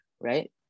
right